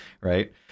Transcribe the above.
right